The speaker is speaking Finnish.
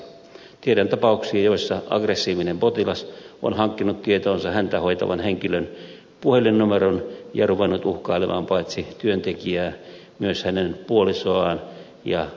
tiedän tapauksia joissa aggressiivinen potilas on hankkinut tietoonsa häntä hoitavan henkilön puhelinnumeron ja ruvennut uhkailemaan paitsi työntekijää myös hänen puolisoaan ja lapsiaan